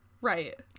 right